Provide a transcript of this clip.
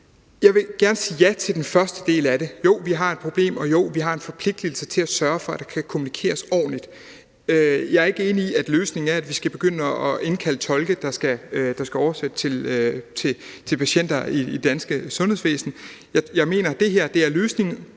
Rasmus Horn Langhoff (S): Jo, vi har et problem. Og jo, vi har en forpligtelse til at sørge for, at der kan kommunikeres ordentligt. Jeg er ikke enig i, at løsningen er, at vi skal begynde at indkalde tolke, der skal oversætte for patienter i det danske sundhedsvæsen. Jeg mener, at det er løsningen